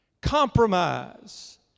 Compromise